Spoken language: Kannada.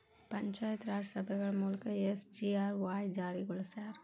ಪಂಚಾಯತ್ ರಾಜ್ ಸಂಸ್ಥೆಗಳ ಮೂಲಕ ಎಸ್.ಜಿ.ಆರ್.ವಾಯ್ ಜಾರಿಗೊಳಸ್ಯಾರ